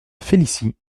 félicie